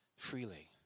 Freely